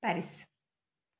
Paris